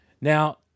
Now